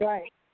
Right